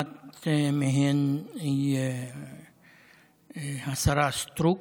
אחד מהם הוא השרה סטרוק.